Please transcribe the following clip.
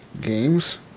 Games